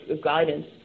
guidance